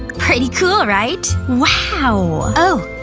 pretty cool right wow oh